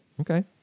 Okay